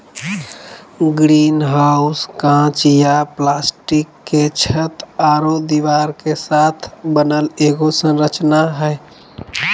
greenhouse काँच या plastic के छत आरो दीवार के साथ बनल एगो संरचना हइ